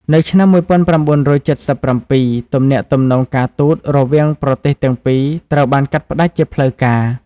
នៅឆ្នាំ១៩៧៧ ទំនាក់ទំនងការទូតរវាងប្រទេសទាំងពីរត្រូវបានកាត់ផ្ដាច់ជាផ្លូវការ។